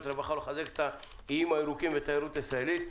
והרווחה ולחזק את האיים הירוקים והתיירות הישראלית.